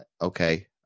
okay